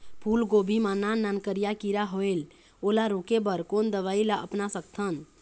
फूलगोभी मा नान नान करिया किरा होयेल ओला रोके बर कोन दवई ला अपना सकथन?